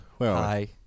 Hi